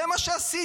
זה מה שעשיתם.